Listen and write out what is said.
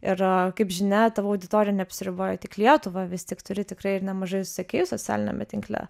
ir kaip žinia tavo auditorija neapsiriboja tik lietuva vis tik turi tikrai ir nemažai sekėjų socialiniame tinkle